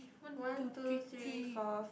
one two three three